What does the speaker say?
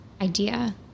idea